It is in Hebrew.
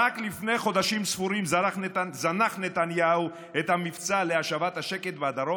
רק לפני חודשים ספורים זנח נתניהו את המבצע להשבת השקט לדרום,